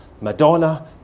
Madonna